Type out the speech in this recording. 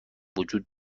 وجود